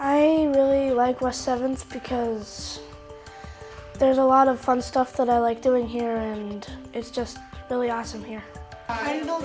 i really like your servants because there's a lot of fun stuff that i like doing here and it's just really awesome here i